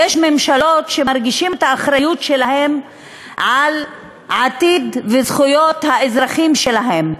ממשלות כאלה שמרגישות את האחריות שלהן לעתיד ולזכויות של האזרחים שלהן.